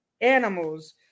animals